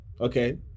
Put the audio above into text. okay